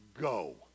go